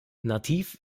nativ